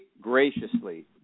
graciously